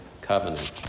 covenant